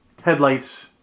headlights